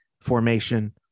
formation